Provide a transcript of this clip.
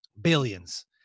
billions